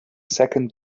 second